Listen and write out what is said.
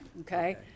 okay